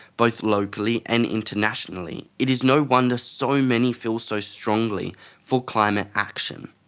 both locally and internationally, it is no wonder so many feel so strongly for climate action.